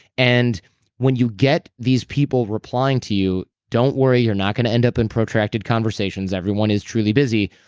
and when you get these people replying to you, don't worry. you're not going to end up in protracted conversations. everyone is truly busy.